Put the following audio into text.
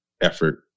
effort